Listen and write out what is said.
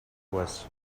was